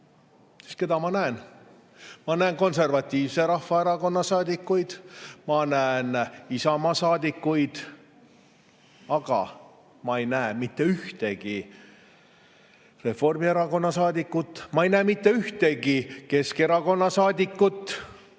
keda ma näen? Ma näen Konservatiivse Rahvaerakonna saadikuid, ma näen Isamaa saadikuid, aga ma ei näe mitte ühtegi Reformierakonna saadikut, ma ei näe mitte ühtegi Keskerakonna saadikut.